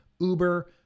Uber